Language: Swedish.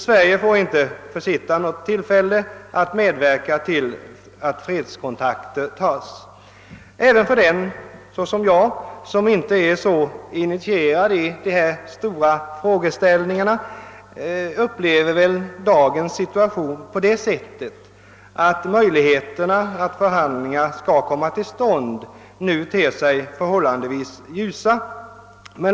Sverige bör inte försitta något till fälle att medverka till att fredskontakter tas. även den som i likhet med mig inte är så initierad beträffande dessa stora frågor upplever väl dagens situation så, att möjligheterna för att förhandlingar skall komma till stånd nu ter sig förhållandevis ljusa.